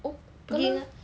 oh lepas tu